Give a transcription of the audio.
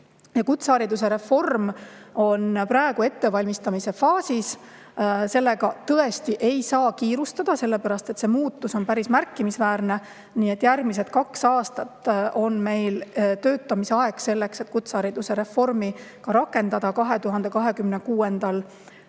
Kutsehariduse reform on praegu ettevalmistamise faasis, sellega tõesti ei saa kiirustada, sellepärast et see muutus on päris märkimisväärne. Nii et järgmised kaks aastat on meil aega töötada selle nimel, et kutsehariduse reform rakendada 2026. aastal.